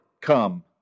come